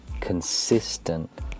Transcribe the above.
consistent